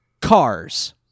cars